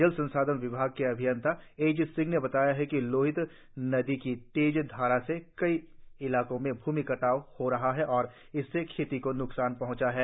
जल संसाधन विभाग के अभियंता एच सिंह ने बताया कि लोहित नदी की तेज धारा से कई इलाकों में भूमि कटाव हो रहा है और इससे खेती को न्कसान पहंचा है